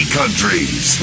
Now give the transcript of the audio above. countries